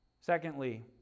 Secondly